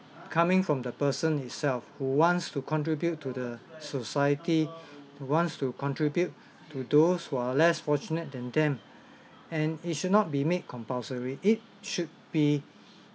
coming from the person itself who wants to contribute to the society wants to contribute to those who are less fortunate than them and it should not be made compulsory it should be